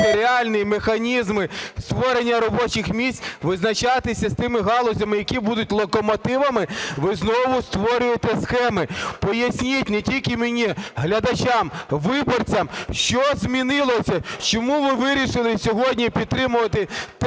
реальні механізми створення робочих місць, визначатися з тими галузями, які будуть "локомотивами", ви знову створюєте схеми. Поясніть не тільки мені, глядачам, виборцям що змінилось? Чому ви вирішили сьогодні підтримувати той